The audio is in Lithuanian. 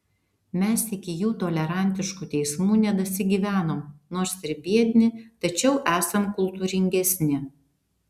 mes iki jų tolerantiškų teismų nedasigyvenom nors ir biedni tačiau esam kultūringesni